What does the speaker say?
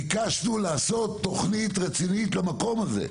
ביקשנו לעשות תוכנית רצינית למקום הזה.